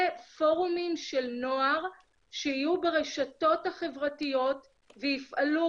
ופורומים של נוער שיהיו ברשתות החברתיות ויפעלו,